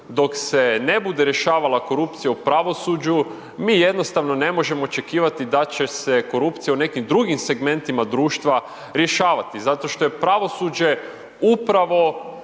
Dok se ne bude rješavala korupcija u pravosuđu, mi jednostavno ne možemo očekivati da će se korupcija u nekim drugim segmentima društva rješavati, zato što je pravosuđe upravo